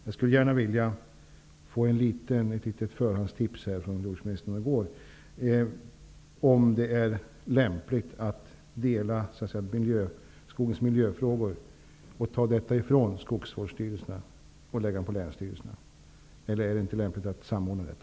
Jag skulle gärna vilja ha ett litet förhandstips från jordbruksministern om det är lämpligt att dela skogens miljöfrågor och ta dem från skogsvårdsstyrelserna och överföra dem till länsstyrelserna. Är det inte lämpligt att samordna detta?